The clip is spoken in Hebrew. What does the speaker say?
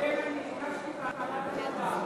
הקודם ביקשתי ועדת המדע.